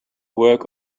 work